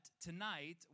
tonight